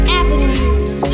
avenues